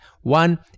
One